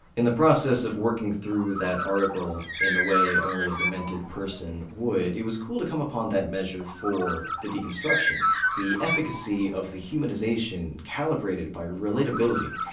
in the process of working through that article in the way only a demented person would, it was cool to come upon that measure for the deconstruction the efficacy of the humanization calibrated by relatability,